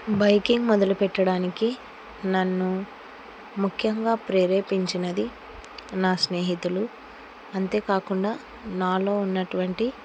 biking మొదలుపెట్టడానికి నన్ను ముఖ్యంగా ప్రేరేపించినది నా స్నేహితులు అంతేకాకుండా నాలో ఉన్నటువంటి